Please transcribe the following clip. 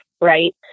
Right